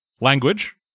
Language